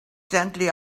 gently